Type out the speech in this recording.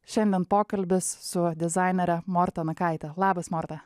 šiandien pokalbis su dizainere morta nakaite labas morta